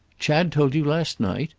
chad told you last night?